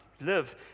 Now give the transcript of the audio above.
live